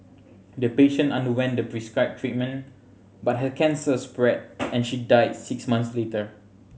the patient underwent the prescribed treatment but her cancer spread and she died six months later